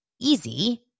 easy